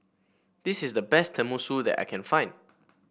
this is the best Tenmusu that I can find